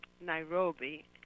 Nairobi